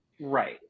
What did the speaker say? Right